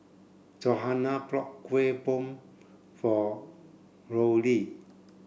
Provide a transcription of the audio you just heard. Johana brought Kueh Bom for Rollie